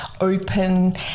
open